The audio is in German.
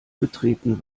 betreten